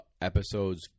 Episodes